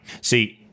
See